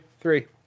three